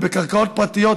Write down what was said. וקרקעות פרטיות,